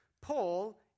Paul